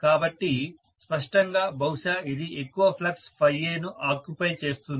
కాబట్టి స్పష్టంగా బహుశా ఇది ఎక్కువ ఫ్లక్స్ A ను ఆక్యుపై చేస్తుంది